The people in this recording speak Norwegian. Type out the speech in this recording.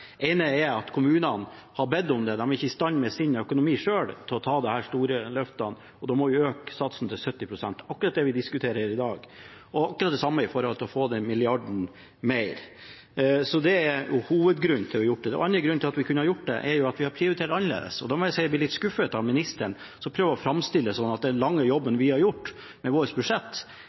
ene er at kommunene har bedt om det. De er ikke med sin økonomi i stand til selv å ta disse store løftene, og da må vi øke satsen til 70 pst. Det er akkurat det vi diskuterer her i dag, og akkurat det samme gjelder den milliarden mer. Det er hovedgrunnen til at vi har gjort det. Den andre grunnen til at vi har gjort det, er at vi har prioritert annerledes. Da må jeg si at jeg er litt skuffet over ministeren, som prøver å framstille det som at den jobben vi har gjort med vårt budsjett,